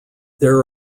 there